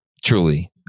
Truly